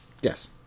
Yes